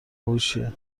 هوشیه